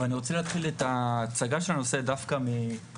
אבל אני רוצה להתחיל את ההצגה של הנושא דווקא מאירופה,